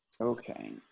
Okay